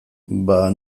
bada